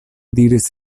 diris